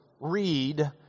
read